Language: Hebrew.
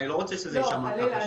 אני לא רוצה שזה ישמע כך שאין הגנות.